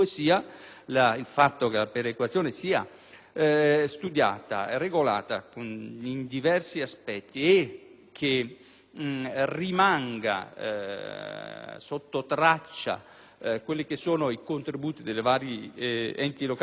studiata e regolata in diversi aspetti e che rimangano sotto traccia i contributi dei vari enti locali e delle Regioni al fondo perequativo